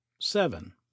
Seven